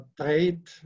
trade